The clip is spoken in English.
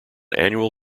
annual